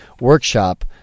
workshop